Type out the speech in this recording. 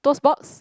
Toast Box